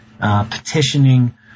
petitioning